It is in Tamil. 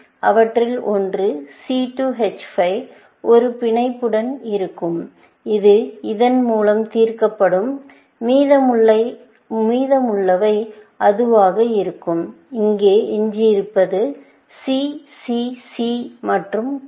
அவற்றில் ஒன்று C2 H5 ஒரு பிணைப்புடன் இருக்கும் இது இதன் மூலம் தீர்க்கப்படும் மீதமுள்ளவை அதுவாக இருக்கும் இங்கே எஞ்சியிருப்பது C C C மற்றும் பல